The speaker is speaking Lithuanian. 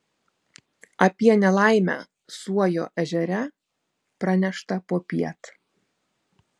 apie nelaimę suojo ežere pranešta popiet